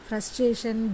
Frustration